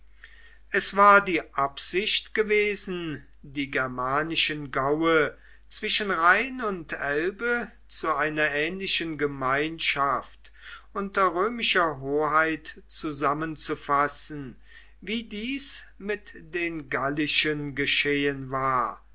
es war die absicht gewesen die germanischen gaue zwischen rhein und elbe zu einer ähnlichen gemeinschaft unter römischer hoheit zusammenzufassen wie dies mit den gallischen geschehen war